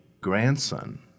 grandson